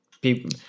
people